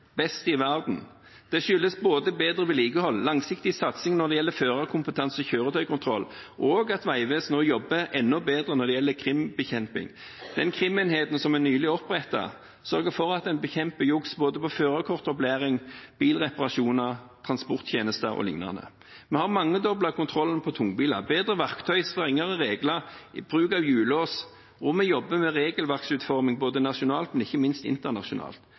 best i verden. Det skyldes både bedre vedlikehold og langsiktig satsing når det gjelder førerkompetanse, kjøretøykontroll og at Vegvesenet nå jobber enda bedre når det gjelder krimbekjempelse. Krimenheten som vi nylig opprettet, sørger for at en bekjemper juks både på førerkortopplæring, bilreparasjoner, transporttjenester o.l. Vi har mangedoblet kontrollen på tungbiler – bedre verktøy, strengere regler og bruk av hjullås – og vi jobber med regelverksutforming både nasjonalt og, ikke minst, internasjonalt.